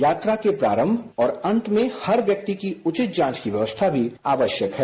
यात्रा के प्रारंम और अंत में हर व्यक्ति की उचित जांच की व्यवस्था भी आवश्यक है